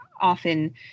often